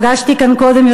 פגשתי כאן קודם,